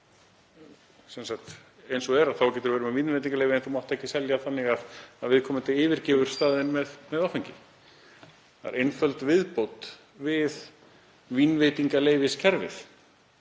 Eins og er, er hægt að vera með vínveitingaleyfi en það má ekki selja þannig að viðkomandi yfirgefi staðinn með áfengi. Það er einföld viðbót við vínveitingaleyfiskerfið.